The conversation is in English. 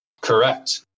correct